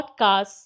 podcasts